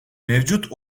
mevcut